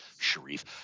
Sharif